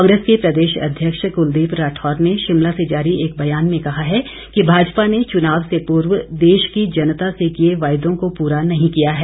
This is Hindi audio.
कांग्रेस के प्रदेश अध्यक्ष क्लदीप राठौर ने शिमला से जारी एक बयान में कहा है कि भाजपा ने चुनाव से पूर्व देश की जनता से किए वायदों को पूरा नहीं किया है